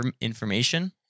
information